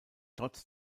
trotz